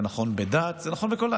זה נכון בדת, זה נכון בהכול.